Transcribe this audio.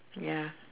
ya